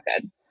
good